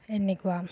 এনেকুৱা